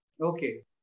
okay